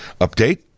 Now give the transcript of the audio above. update